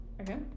Okay